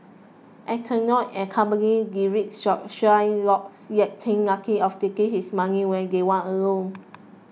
Antonio and company deride Shylock yet think nothing of taking his money when they want a loan